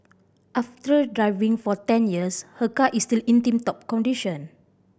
after driving for ten years her car is still in tip top condition